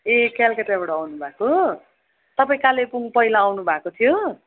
ए कलकत्ताबाट आउनु भएको तपाईँ कालेबुङ पहिला आउनु भएको थियो